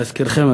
להזכירכם,